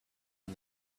and